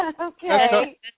Okay